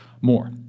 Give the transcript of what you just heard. more